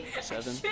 Seven